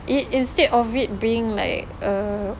it instead of it being like a